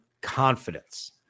confidence